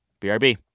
BRB